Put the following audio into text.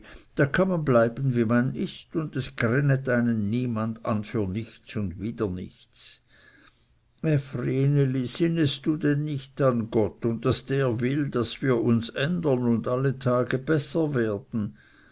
da kann man bleiben wie man ist und es grännet einen niemand an für nichts und wieder nichts eh vreneli sinnest denn nicht an gott und daß der will daß wir uns ändern und alle tage besser werden